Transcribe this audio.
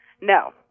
No